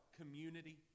community